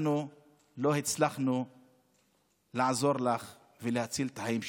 אנחנו לא הצלחנו לעזור לך ולהציל את החיים שלך.